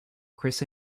chris